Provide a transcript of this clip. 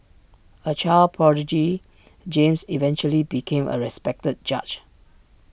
A child prodigy James eventually became A respected judge